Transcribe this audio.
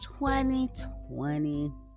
2020